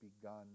begun